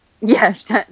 Yes